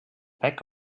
back